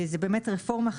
זאת באמת רפורמה חשובה,